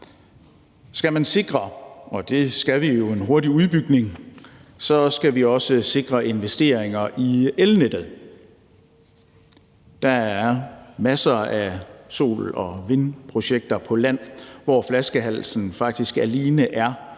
skal vi jo, en hurtig udbygning, så skal vi også sikre investeringer i elnettet. Der er masser af sol- og vindprojekter på land, hvor flaskehalsen faktisk